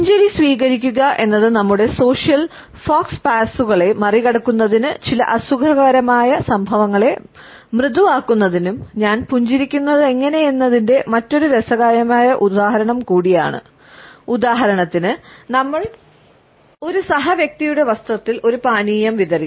പുഞ്ചിരി സ്വീകരിക്കുക എന്നത് നമ്മുടെ സോഷ്യൽ ഫോക്സ് പാസുകളെ മറികടക്കുന്നതിനും ചില അസുഖകരമായ സംഭവങ്ങളെ മൃദുവാക്കുന്നതിനും ഞാൻ പുഞ്ചിരിക്കുന്നതെങ്ങനെയെന്നതിന്റെ മറ്റൊരു രസകരമായ ഉദാഹരണം കൂടിയാണ് ഉദാഹരണത്തിന് നമ്മൾ ഒരു സഹവ്യക്തിയുടെ വസ്ത്രത്തിൽ ഒരു പാനീയം വിതറി